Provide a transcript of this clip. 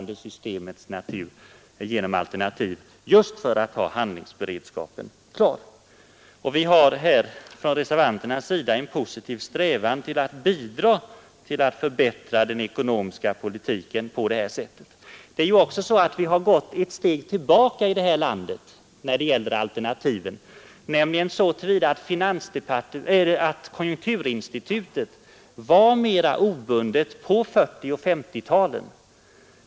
Det gäller d genom alternativ, just för att ha handlingsberedskapen klar. Från reservanternas sida har vi en positiv strävan att bidra till att förbättra den ekonomiska politiken på detta sätt. Vi har för övrigt gått ett steg tillbaka här i landet när det gäller tillgången på alternativ. Konjunkturinstitutet agerade mera fristående på 1940 och 1950-talen.